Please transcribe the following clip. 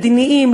מדיניים,